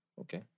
Okay